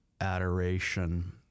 adoration